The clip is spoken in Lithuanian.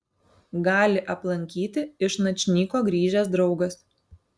gali aplankyti iš načnyko grįžęs draugas